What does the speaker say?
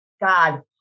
God